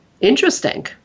Interesting